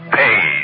pay